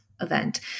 event